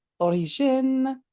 Origine